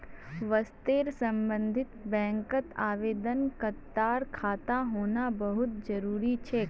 वशर्ते सम्बन्धित बैंकत आवेदनकर्तार खाता होना बहु त जरूरी छेक